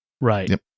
Right